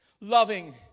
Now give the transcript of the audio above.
loving